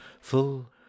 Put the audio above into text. full